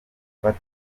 ufata